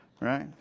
Right